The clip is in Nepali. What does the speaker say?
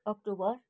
अक्टोबर